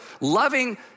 loving